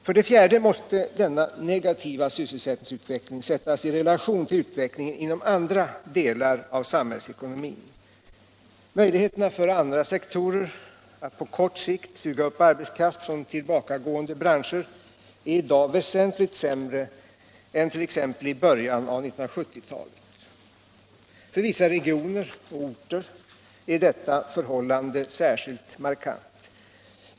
För det fjärde måste denna negativa sysselsättningsutveckling sättas i relation till utvecklingen inom andra delar av samhällsekonomin. Möjligheterna för andra sektorer att på kort sikt suga upp arbetskraft från tillbakagående branscher är i dag väsentligt sämre än t.ex. i början av 1970-talet. För vissa regioner och orter är detta förhållande särskilt markant.